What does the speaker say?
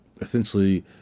essentially